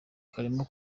karimo